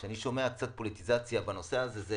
כשאני שומע קצת פוליטיזציה בנושא הזה, זה